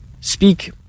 speak